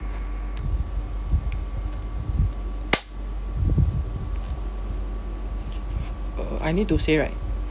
uh I need to say right